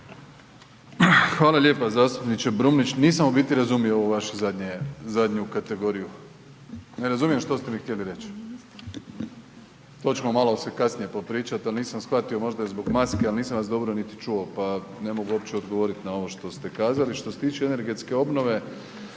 Hvala lijepo zastupniče Brumnić, nisam u biti razumio ovo vaše zadnje, zadnju kategoriju. Ne razumijem što ste mi htjeli reći, to ćemo malo se kasnije popričati, ali nisam shvatio možda zbog maske, ali nisam vas dobro niti čuo, pa ne mogu uopće odgovoriti ovo što ste kazali. Što se tiče energetske obnove,